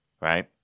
Right